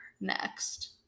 Next